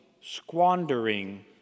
squandering